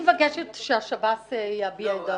סבורים שנכון יהיה שהם אלה שיעסקו בזה.